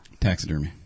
Taxidermy